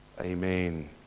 Amen